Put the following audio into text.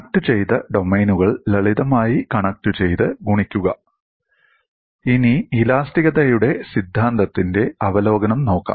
കണക്റ്റുചെയ്ത ഡൊമെയ്നുകൾ ലളിതമായി കണക്റ്റുചെയ്ത് ഗുണിക്കുക ഇനി ഇലാസ്തികതയുടെ സിദ്ധാന്തത്തിന്റെ അവലോകനം നോക്കാം